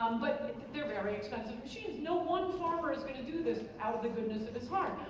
um but they're very expensive machines. no one farmer is going to do this out of the goodness of his heart.